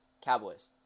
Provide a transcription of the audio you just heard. Cowboys